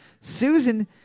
Susan